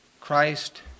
Christ